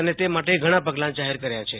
અને તે માટે ઘણા પગલા જાહેર કર્યા છે